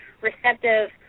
receptive